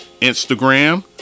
Instagram